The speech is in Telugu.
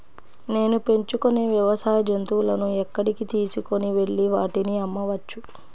నేను పెంచుకొనే వ్యవసాయ జంతువులను ఎక్కడికి తీసుకొనివెళ్ళి వాటిని అమ్మవచ్చు?